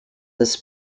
this